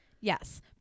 Yes